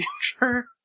future